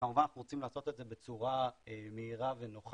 וכמובן אנחנו רוצים לעשות את זה בצורה מהירה ונוחה.